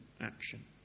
action